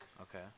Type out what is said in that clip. Okay